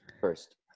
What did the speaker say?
first